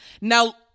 Now